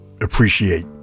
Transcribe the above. appreciate